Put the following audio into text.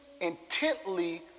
intently